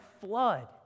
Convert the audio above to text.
flood